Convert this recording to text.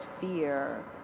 fear